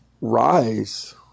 rise